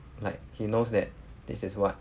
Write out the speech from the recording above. like he knows that this is what